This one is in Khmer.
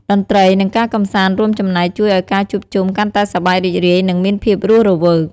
តន្ត្រី និង ការកម្សាន្តរួមចំណែកជួយឱ្យការជួបជុំកាន់តែសប្បាយរីករាយ និង មានភាពរស់រវើក។